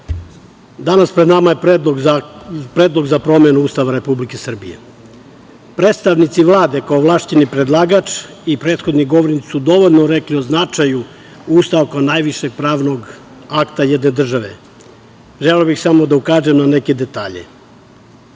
danas pred nama je predlog za promenu Ustava Republike Srbije. Predstavnici Vlade kao ovlašćeni predlagač i prethodni govornici su dovoljno rekli o značaju Ustava kao najvišeg pravnog akta jedne države. Želeo bih samo da ukažem na neke detalje.